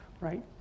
right